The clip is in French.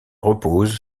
repose